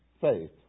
faith